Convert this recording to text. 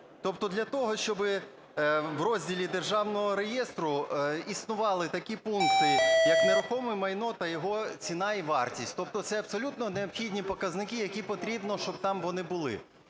Тобто для того, щоб в розділі державного реєстру існували такі пункти, як нерухоме майно та його ціна і вартість. Тобто це абсолютно необхідні показники, які потрібно, щоб там вони були.